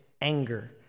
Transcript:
anger